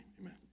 Amen